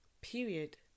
period